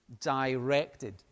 directed